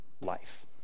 life